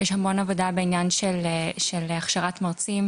יש המון עבודה בעניין של הכשרת מרצים,